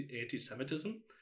anti-Semitism